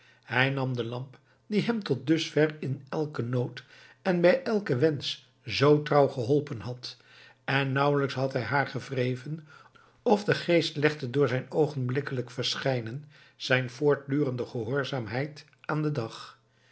hij nam de lamp die hem tot dusver in elken nood en bij elken wensch zoo trouw geholpen had en nauwelijks had hij haar gewreven of de geest legde door zijn oogenblikkelijk verschijnen zijn voortdurende gehoorzaamheid aan den dag